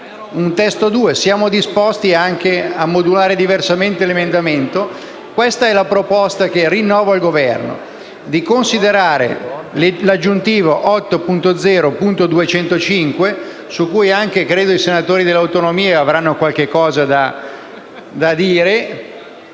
un testo 2, siamo disposti anche a modulare diversamente l'emendamento, ma questa è la proposta che rinnovo al Governo: considerare l'emendamento 8.0.205, su cui credo anche i senatori delle Autonomie avranno qualcosa da dire.